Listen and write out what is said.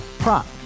Prop